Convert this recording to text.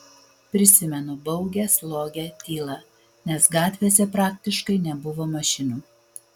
prisimenu baugią slogią tylą nes gatvėse praktiškai nebuvo mašinų